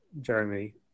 Jeremy